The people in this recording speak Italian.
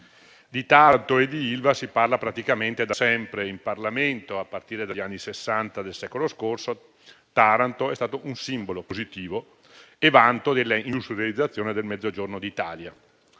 Di Taranto e di Ilva si parla praticamente da sempre in Parlamento, a partire dagli anni Sessanta del secolo scorso. Taranto è stato un simbolo positivo e vanto dell'industrializzazione del Mezzogiorno d'Italia,